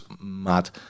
mad